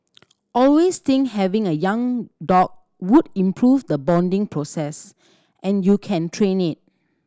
always think having a young dog would improve the bonding process and you can train it